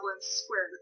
square